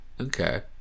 Okay